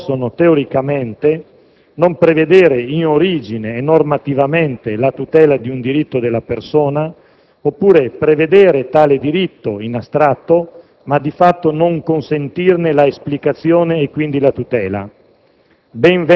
che teoricamente possono non prevedere, in origine e normativamente, la tutela di un diritto della persona, oppure prevedere tale diritto in astratto ma, di fatto, non consentirne l'esplicazione e, quindi, la tutela.